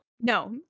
No